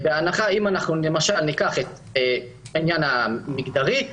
אם ניקח את העניין המגדרי,